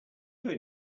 there